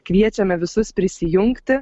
kviečiame visus prisijungti